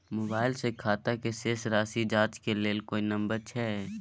Mobile से खाता के शेस राशि जाँच के लेल कोई नंबर अएछ?